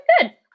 good